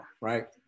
right